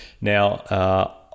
Now